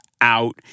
out